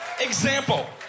Example